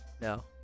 no